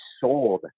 sold